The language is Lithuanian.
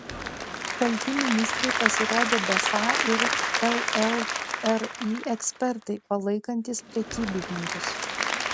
kalti ministrei pasirodė besą ir llri ekspertai palaikantys prekybininkus